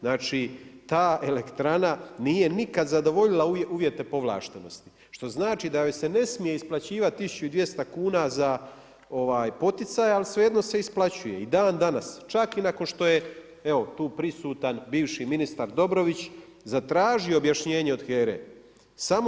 Znači, ta elektrana nije nikad zadovoljila uvjete povlaštenosti, što znači da joj se ne smije isplaćivati 1200 kuna za poticaj ali svejedno se isplaćuje, i dandanas, čak i nakon što je evo, tu prisutan bivši ministar Dobrović, zatražio objašnjenje od HERA-e.